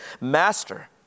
Master